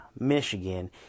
michigan